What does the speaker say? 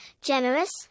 generous